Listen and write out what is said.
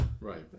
Right